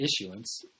issuance